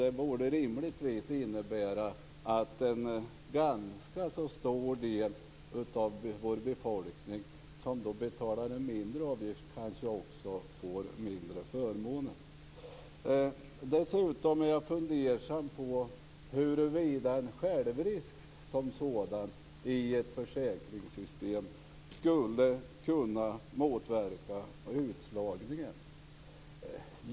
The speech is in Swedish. Det borde rimligtvis innebära att en ganska stor del av vår befolkning som betalar en mindre avgift får mindre förmåner. Jag är fundersam på huruvida en självrisk i ett försäkringssystem kan motverka utslagningen.